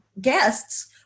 guests